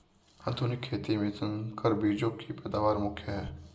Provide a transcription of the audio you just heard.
आधुनिक खेती में संकर बीजों की पैदावार मुख्य हैं